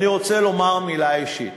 אני רוצה לומר מילה אישית.